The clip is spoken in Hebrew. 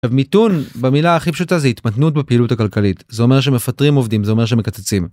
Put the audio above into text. מיתון במילה הכי פשוטה זה התמתנות בפעילות הכלכלית זה אומר שמפטרים עובדים זה אומר שמקצצים.